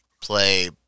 play